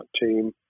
team